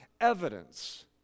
evidence